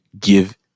give